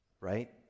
right